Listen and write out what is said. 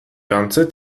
ganze